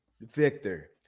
Victor